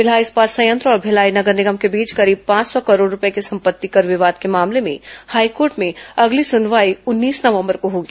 भिलाई इस्पात संयंत्र और भिलाई नगर निगम के बीच करीब पांच सौ करोड़ रूपये के संपत्ति कर विवाद के मामले में हाईकोर्ट में अगली सुनवाई उन्नीस नवंबर को होगी